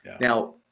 Now